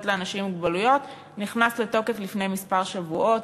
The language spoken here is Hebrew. לאנשים עם מוגבלות נכנסו לתוקף לפני כמה שבועות,